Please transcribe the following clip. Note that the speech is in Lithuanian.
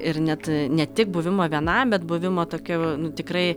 ir net ne tik buvimo vienam bet buvimo tokioj nu tikrai